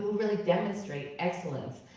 really demonstrate excellence.